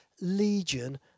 legion